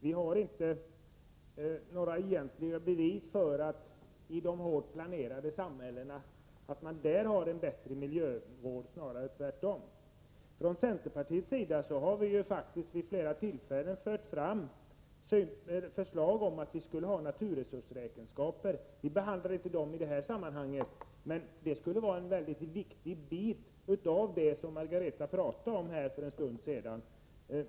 Vi har inte några egentliga bevis för att man i de hårt planerade samhällena har en bättre miljövård. Det förhåller sig snarare tvärtom. Från centerpartiets sida har vi faktiskt vid flera tillfällen fört fram förslag om att vi skulle ha naturresursräkenskaper. Vi behandlar inte de förslagen i detta sammanhang, men naturresursräkenskaper skulle vara en mycket viktig bit i det som Margareta Winberg talade om för en stund sedan.